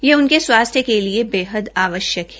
यह उनके स्वास्थ्य के लिए बेहद आवश्यक है